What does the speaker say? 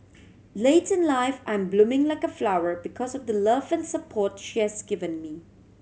late in life I'm blooming like a flower because of the love and support she has given me